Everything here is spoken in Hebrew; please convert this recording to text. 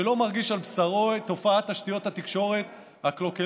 שלא מרגיש על בשרו את תופעת תשתיות התקשורת הקלוקלות,